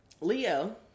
Leo